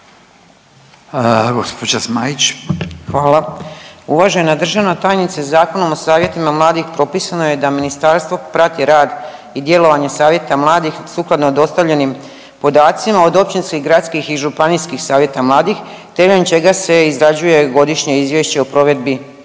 Hvala. Uvažena državna tajnice. Zakonom o savjetima mladih propisano je da ministarstvo prati rad i djelovanje savjeta mladih sukladno dostavljenim podacima od općinskih, gradskih i županijskih savjeta mladih temeljem čega se izrađuje godišnje izvješće o provedbi zakona.